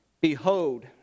Behold